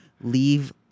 leave